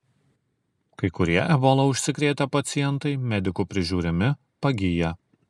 kai kurie ebola užsikrėtę pacientai medikų prižiūrimi pagyja